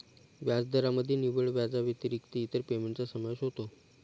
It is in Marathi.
व्याजदरामध्ये निव्वळ व्याजाव्यतिरिक्त इतर पेमेंटचा समावेश होतो